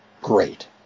Great